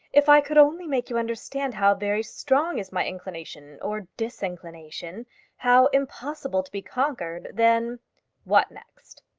if i could only make you understand how very strong is my inclination, or disinclination how impossible to be conquered, then what next?